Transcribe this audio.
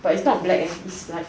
but it's not black eh it's like